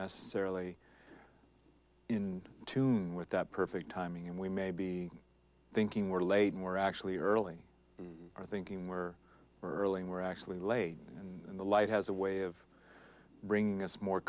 necessarily in tune with that perfect timing and we may be thinking more late more actually early or thinking we're early we're actually late and the light has a way of bringing us more